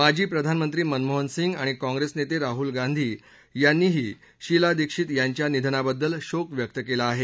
माजी प्रधानमंत्री मनमोहन सिंग आणि काँग्रेस नेते राहुल गांधी यांनीही शीला दीक्षित यांच्या निधनाबद्दल शोक व्यक्त केला आहे